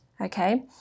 okay